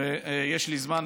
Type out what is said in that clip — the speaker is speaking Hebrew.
יש לי זמן,